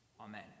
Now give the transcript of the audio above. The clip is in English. Amen